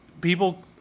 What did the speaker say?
people